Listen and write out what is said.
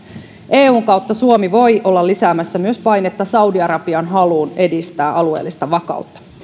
eun kautta suomi voi olla myös lisäämässä painetta saudi arabian haluun edistää alueellista vakautta